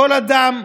כל אדם,